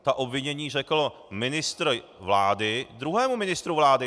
Ta obvinění řekl ministr vlády druhému ministru vlády!